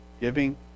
giving